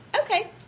Okay